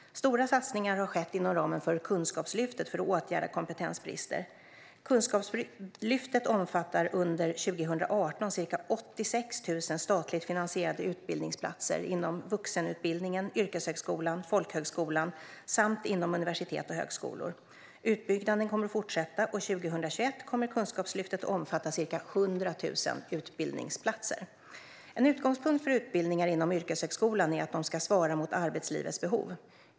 Stora satsningar har skett inom ramen för Kunskapslyftet för att åtgärda kompetensbrister. Kunskapslyftet omfattar under 2018 ca 86 000 statligt finansierade utbildningsplatser inom vuxenutbildningen, yrkeshögskolan, folkhögskolan samt inom universitet och högskolor. Utbyggnaden kommer att fortsätta, och 2021 kommer Kunskapslyftet att omfatta ca 100 000 utbildningsplatser. En utgångspunkt för utbildningar inom yrkeshögskolan är att de ska svara mot arbetslivets behov.